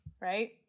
right